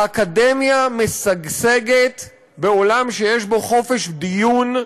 האקדמיה משגשגת בעולם שיש בו חופש דיון,